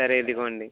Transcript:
సరే ఇదిగోండి